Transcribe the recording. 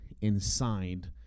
inside